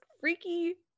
freaky